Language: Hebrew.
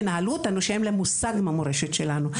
שאין להם מושג מהי המורשת שלנו,